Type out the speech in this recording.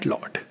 Lord